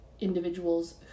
individuals